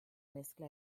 mezcla